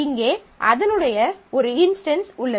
இங்கே அதனுடைய ஒரு இன்ஸ்டன்ஸ் உள்ளது